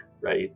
right